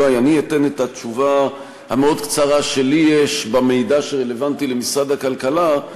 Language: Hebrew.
אני אתן את התשובה המאוד-קצרה שלי יש במידע שרלוונטי למשרד הכלכלה,